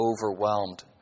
overwhelmed